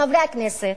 חברי הכנסת,